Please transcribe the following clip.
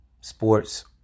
sports